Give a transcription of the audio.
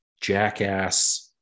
jackass